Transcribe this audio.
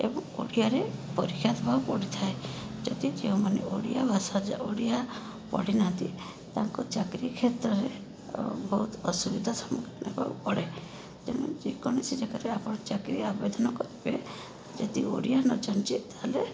ଏବଂ ଓଡ଼ିଆରେ ପରୀକ୍ଷା ଦବାକୁ ପଡ଼ିଥାଏ ଯଦି ଯେଉଁମାନେ ଓଡ଼ିଆ ଭାଷା ଜା ଓଡ଼ିଆ ପଢ଼ି ନାହାନ୍ତି ତାଙ୍କୁ ଚାକିରୀ କ୍ଷେତ୍ରରେ ବହୁତ ଅସୁବିଧା ସମ୍ମୁଖୀନ ହେବାକୁ ପଡ଼େ ତେଣୁ ଯେକୌଣସି ଜାଗାରେ ଆପଣ ଚାକିରୀ ଆବେଦନ କରିବେ ଯଦି ଓଡ଼ିଆ ନ ଜାଣିଛେ ତାହେଲେ